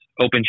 open